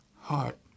Heart